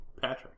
Patrick